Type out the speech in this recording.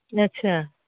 अच्छा